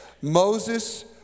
Moses